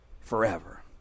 forever